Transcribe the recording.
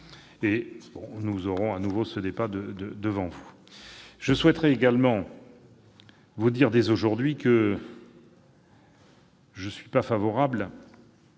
! Nous verrons comment le débat se passe ici. Je souhaiterais également vous dire dès aujourd'hui que je ne suis pas favorable